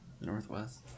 Northwest